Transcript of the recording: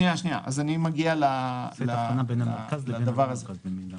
אני מגיע לדבר הזה.